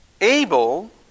Abel